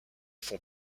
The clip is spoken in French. font